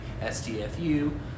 STFU